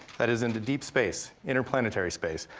that is into deep space, inter-planetary space,